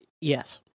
yes